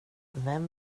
vem